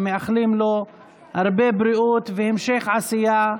מאחלים לו הרבה בריאות והמשך עשייה.